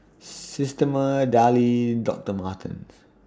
Systema Darlie Doctor Martens